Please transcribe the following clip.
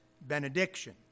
benediction